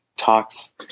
Talks